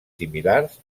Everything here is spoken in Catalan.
similars